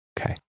Okay